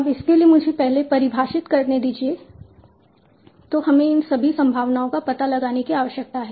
अब इसके लिए मुझे पहले परिभाषित करने दीजिए तो हमें इन सभी संभावनाओं का पता लगाने की आवश्यकता है